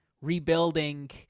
rebuilding